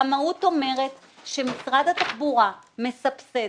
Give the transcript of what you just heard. והמהות אומרת שמשרד התחבורה מסבסד